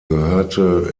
gehörte